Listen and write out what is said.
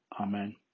amen